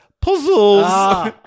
puzzles